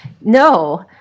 no